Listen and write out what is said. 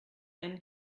einen